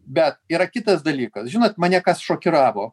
bet yra kitas dalykas žinot mane kas šokiravo